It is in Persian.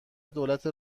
دولت